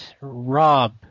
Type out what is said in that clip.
Rob